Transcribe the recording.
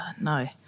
no